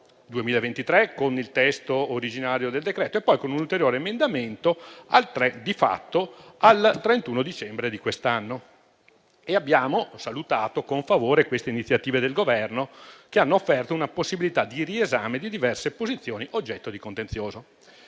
2023 con il testo originario del decreto-legge e, con un ulteriore emendamento, al 31 dicembre di quest'anno. Abbiamo salutato con favore l'iniziativa del Governo che ha offerto una possibilità di riesame di diverse posizioni oggetto di contenzioso.